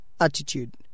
attitude